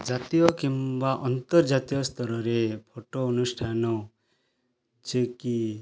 ଜାତୀୟ କିମ୍ବା ଅନ୍ତର୍ଜାତୀୟ ସ୍ତରରେ ଫଟୋ ଅନୁଷ୍ଠାନ ଅଛି କି